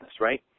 right